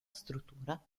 struttura